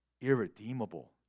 irredeemable